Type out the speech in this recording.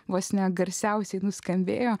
vos ne garsiausiai nuskambėjo